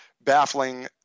baffling